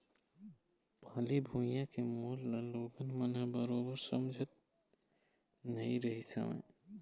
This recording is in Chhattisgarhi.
पहिली भुइयां के मोल ल लोगन मन ह बरोबर समझत नइ रहिस हवय